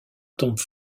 tombent